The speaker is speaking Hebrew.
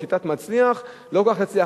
או שיטת "מצליח" לא כל כך יצליח.